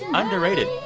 and underrated.